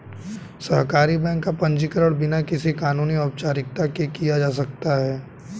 सहकारी बैंक का पंजीकरण बिना किसी कानूनी औपचारिकता के किया जा सकता है